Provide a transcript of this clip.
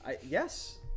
Yes